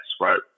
right